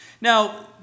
Now